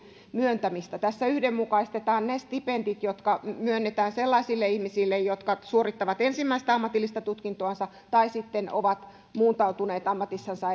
myöntämistä tässä yhdenmukaistetaan ne stipendit jotka myönnetään sellaisille ihmisille jotka suorittavat ensimmäistä ammatillista tutkintoansa tai sitten ovat muuntautuneet ammatissansa